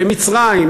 במצרים,